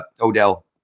Odell